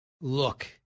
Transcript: Look